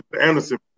Anderson